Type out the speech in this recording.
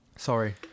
Sorry